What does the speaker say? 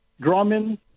Drummond